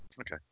Okay